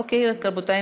אוקיי, רבותי.